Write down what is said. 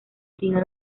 tino